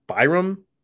Byram